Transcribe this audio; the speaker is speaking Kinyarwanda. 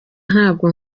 nabwo